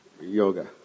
yoga